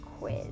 Quiz